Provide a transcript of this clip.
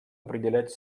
определять